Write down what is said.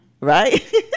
right